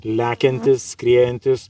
lekiantys skriejantys